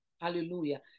Hallelujah